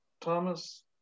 Thomas